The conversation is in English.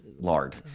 lard